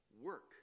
Work